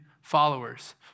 followers